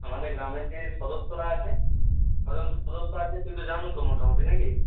আমাদের গ্রামের যে সদস্যরা আছে কজন সদস্য আছে তুই তো জানো তো মোটামুটি না কি